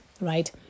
right